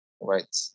right